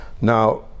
Now